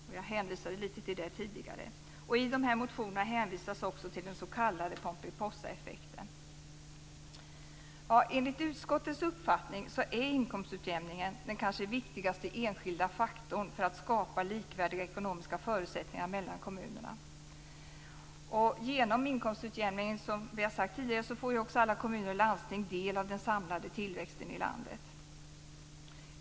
Jag hänvisade till detta tidigare. I motionerna hänvisas också till den s.k. Pomperipossaeffekten. Enligt utskottets uppfattning är inkomstutjämningen den kanske viktigaste enskilda faktorn för att skapa likvärdiga ekonomiska förutsättningar mellan kommunerna. Genom inkomstutjämningen får också alla kommuner och landsting del av den samlade tillväxten i landet.